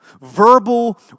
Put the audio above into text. Verbal